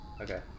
Okay